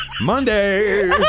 Monday